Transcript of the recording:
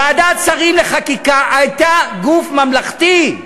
ועדת שרים לחקיקה הייתה גוף ממלכתי,